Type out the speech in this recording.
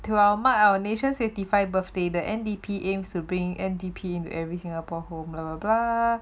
to mark our nation's fifty five birthday the N_D_P aims to bring N_D_P into every singaporean home blah blah